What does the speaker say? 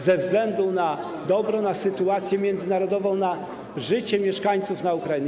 ze względu na dobro, na sytuację międzynarodową, na życie mieszkańców na Ukrainie.